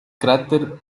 cráter